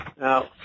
Now